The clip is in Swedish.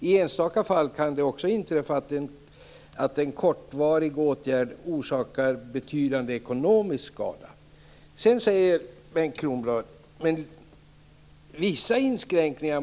I enstaka fall kan det också inträffa att en kortvarig åtgärd orsakar betydande ekonomisk skada." Sedan säger Bengt Kronblad att man måste tåla vissa inskränkningar.